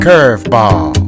Curveball